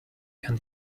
kann